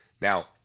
Now